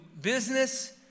business